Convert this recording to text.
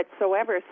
whatsoever